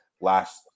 last